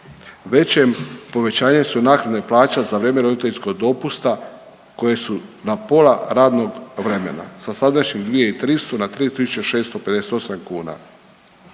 većem povećanje su naknade plaća za vrijeme roditeljskog dopusta koje su na pola radnog vremena sa sadašnjih 2.300 na 3.658 kuna.